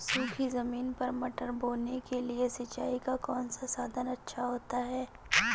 सूखी ज़मीन पर मटर बोने के लिए सिंचाई का कौन सा साधन अच्छा होता है?